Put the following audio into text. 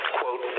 quote